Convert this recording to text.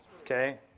Okay